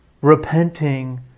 repenting